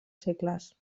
segles